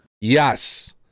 Yes